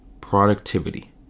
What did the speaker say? productivity